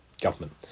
government